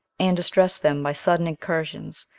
and distress them by sudden incursions,